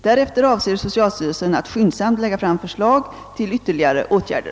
Därefter avser socialstyrelsen att skyndsamt lägga fram förslag till ytterligare åtgärder.